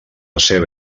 ceba